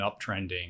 uptrending